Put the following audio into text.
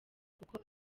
kuko